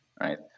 right